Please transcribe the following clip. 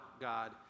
god